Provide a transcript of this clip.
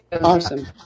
Awesome